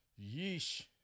Yeesh